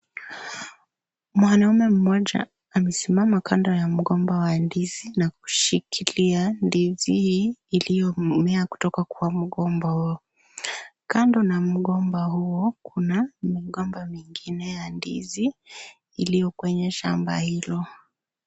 Mwanamme mmoja amesimama kando ya mgomba wa ndizi na kushikilia ndizi hii iliyomea kutoka kwa mgomba huo. Kando na mgomba huo kuna igomba mingine ya ndizi iliyo kwenye shamba hilo.